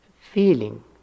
feeling